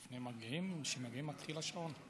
לפני שמגיעים או כשמגיעים מתחיל השעון?